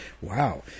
Wow